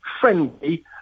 friendly